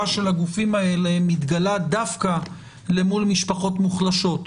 של הגופים האלה מתגלה דווקא למול משפחות מוחלשות.